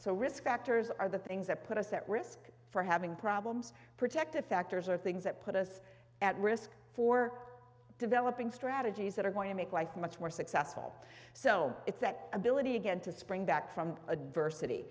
so risk factors are the things that put us at risk for having problems protective factors are things that put us at risk for developing strategies that are going to make life much more successful so it's that ability again to spring back from adversity